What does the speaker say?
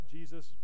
Jesus